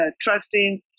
trusting